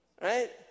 right